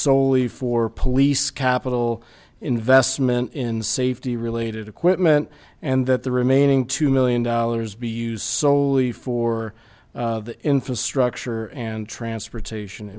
solely for police capital investment in safety related equipment and that the remaining two million dollars be use soley for infrastructure and transportation